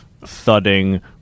thudding